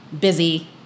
busy